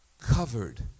covered